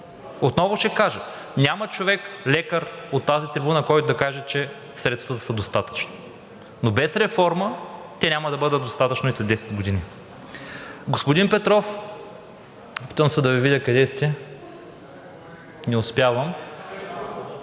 Отново ще кажа, няма човек – лекар, от тази трибуна, който да каже, че средствата са достатъчни, но без реформа те няма да бъдат достатъчни и след 10 години. Господин Петров, отново казахте пред